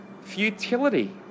Futility